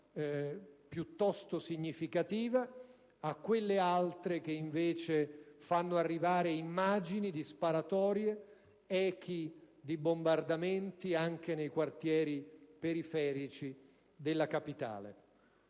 piuttosto significativa, a quelle che invece riportano immagini di sparatorie, echi di bombardamenti anche nei quartieri periferici della capitale.